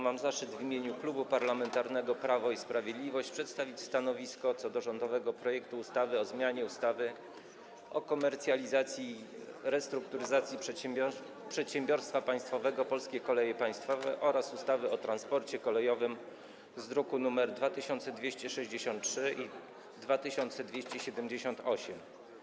Mam zaszczyt w imieniu Klubu Parlamentarnego Prawo i Sprawiedliwość przedstawić stanowisko co do rządowego projektu ustawy o zmianie ustawy o komercjalizacji i restrukturyzacji przedsiębiorstwa państwowego „Polskie Koleje Państwowe” oraz ustawy o transporcie kolejowym z druków nr 2263 i 2278.